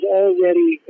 already